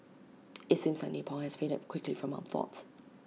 IT seems like Nepal has faded quickly from our thoughts